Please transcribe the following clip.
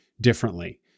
differently